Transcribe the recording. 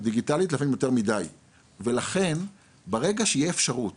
לפעמים יותר מידי ולכן ברגע שתהיה אפשרות